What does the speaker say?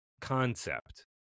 concept